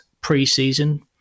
pre-season